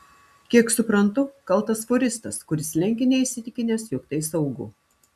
kiek suprantu kaltas fūristas kuris lenkė neįsitikinęs jog tai saugu